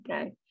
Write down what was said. Okay